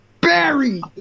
Barry